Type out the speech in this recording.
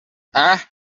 اَه